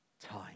time